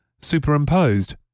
superimposed